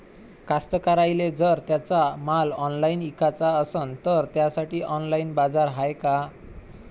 कास्तकाराइले जर त्यांचा माल ऑनलाइन इकाचा असन तर त्यासाठी ऑनलाइन बाजार हाय का?